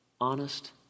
Honest